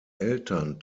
eltern